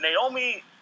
Naomi